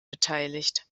beteiligt